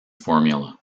formula